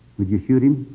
would you shoot him?